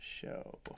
show